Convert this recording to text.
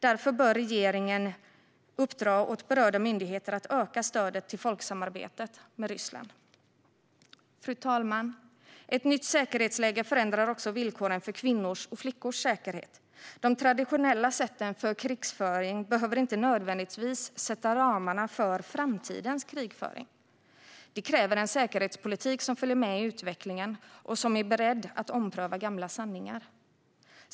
Därför bör regeringen uppdra åt berörda myndigheter att öka stödet till folksamarbetet med Ryssland. Fru talman! Ett nytt säkerhetsläge förändrar också villkoren för kvinnors och flickors säkerhet. De traditionella sätten för krigföring behöver inte nödvändigtvis sätta ramarna för framtidens krigföring. Det kräver en säkerhetspolitik som följer med i utvecklingen och som är beredd att ompröva gamla sanningar.